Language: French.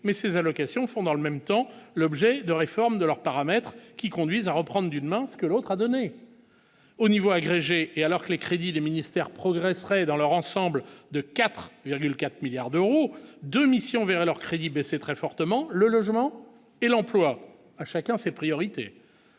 mais ces allocations fond dans le même temps l'objet de réforme de leurs paramètres qui conduisent à reprendre d'une main ce que l'autre a donné au niveau agrégé et alors que les crédits des ministères progresserait dans leur ensemble de 4,4 milliards d'euros 2 missions verraient leurs crédits baisser très fortement le logement et l'emploi à chacun ses priorités